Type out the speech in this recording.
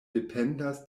dependas